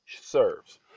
serves